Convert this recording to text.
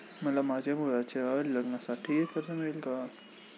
मला माझ्या मुलाच्या लग्नासाठी कर्ज मिळेल का?